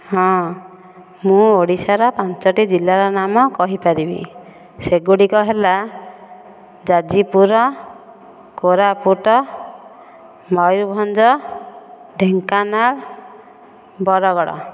ହଁ ମୁଁ ଓଡ଼ିଶାର ପାଞ୍ଚଟି ଜିଲ୍ଲାର ନାମ କହିପାରିବି ସେଗୁଡ଼ିକ ହେଲା ଯାଜପୁର କୋରାପୁଟ ମୟୁରଭଞ୍ଜ ଢେଙ୍କାନାଳ ବରଗଡ଼